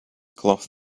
cloth